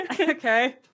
Okay